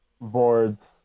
boards